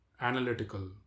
analytical